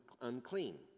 unclean